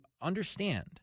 understand